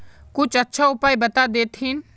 कुछ अच्छा उपाय बता देतहिन?